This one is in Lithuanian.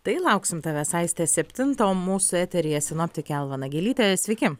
tai lauksim tavęs aiste septintą o mūsų eteryje sinoptikė alva nagelytė sveiki